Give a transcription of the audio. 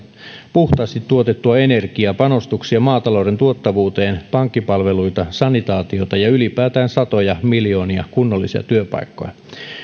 puhtaasti tuotettua energiaa panostuksia maatalouden tuottavuuteen pankkipalveluita sanitaatiota ja ylipäätään satoja miljoonia kunnollisia työpaikkoja